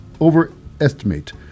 overestimate